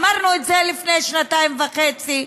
אמרנו את זה לפני שנתיים וחצי,